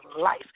life